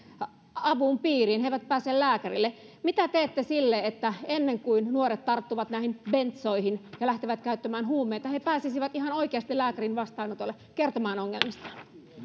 avun piiriin he eivät pääse lääkärille mitä teette sille että ennen kuin nuoret tarttuvat näihin bentsoihin ja lähtevät käyttämään huumeita he pääsisivät ihan oikeasti lääkärin vastaanotolle kertomaan ongelmistaan